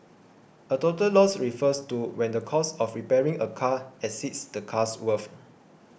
a total loss refers to when the cost of repairing a car exceeds the car's worth